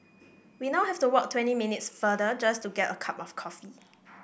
we now have to walk twenty minutes farther just to get a cup of coffee